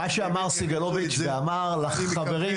ארגון חרירי וארגון ג׳רושי,